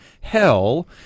hell